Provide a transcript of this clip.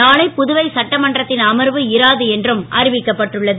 நாளை புதுவை சட்டமன்றத் ன் அமர்வு இராது என்றும் அறிவிக்கப்பட்டுள்ளது